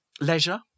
leisure